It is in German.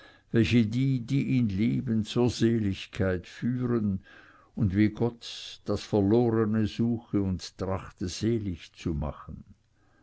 welche die die ihn lieben zur seligkeit führen und wie gott das verlorne suche und trachte selig zu machen